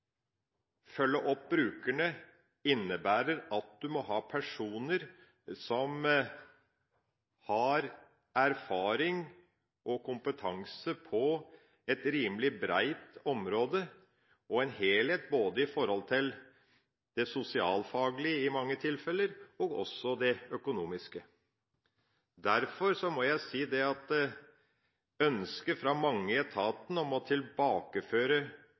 følge opp brukerne innebærer at du må ha personer som har erfaring og kompetanse på et rimelig bredt område, og et helhetsperspektiv både når det gjelder det sosialfaglige, i mange tilfeller, og det økonomiske.